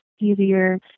easier